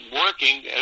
working